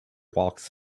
walks